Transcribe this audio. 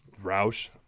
roush